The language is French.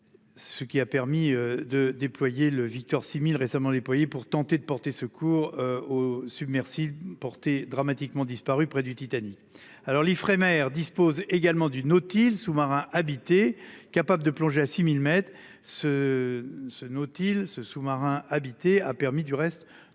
Ce qui a permis de déployer le Victor 6000 récemment déployés pour tenter de porter secours au submersible porté dramatiquement disparu près du Titanic. Alors l'Ifremer dispose également du Nautile sous-marin habité capable de plonger à 6000 mètres, ce, ce Nautil ce sous-marin habité a permis du reste de